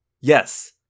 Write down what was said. Yes